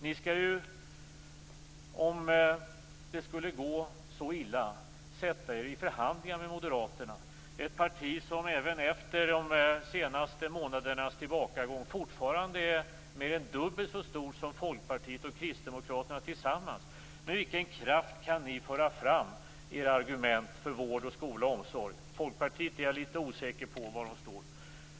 Ni skall, om det skulle gå så illa, sätta er i förhandlingar med Moderaterna - ett parti som även efter de senaste månadernas tillbakagång fortfarande är mer än dubbelt så stort som Folkpartiet och Kristdemokraterna tillsammans. Med vilken kraft kan ni föra fram era argument för vård, skola och omsorg? Jag är litet osäker på var Folkpartiet står.